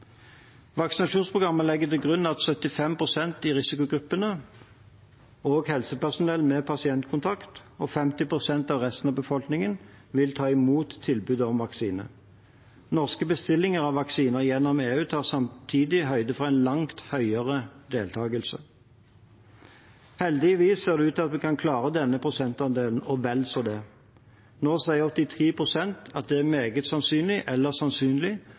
Vaksinasjonsprogrammet legger til grunn at 75 pst. i risikogruppene og helsepersonell med pasientkontakt og 50 pst. av resten av befolkningen vil ta imot tilbudet om vaksine. Norske bestillinger av vaksine gjennom EU tar samtidig høyde for en langt høyere deltakelse. Heldigvis ser det ut til at vi kan klare denne prosentandelen – og vel så det. Nå sier 83 pst. at det er meget sannsynlig eller sannsynlig